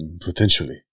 Potentially